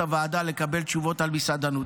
הוועדה ב-15:15 לקבל תשובות על מסעדנות.